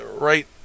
right